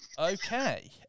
Okay